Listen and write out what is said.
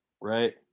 right